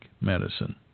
medicine